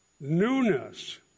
Newness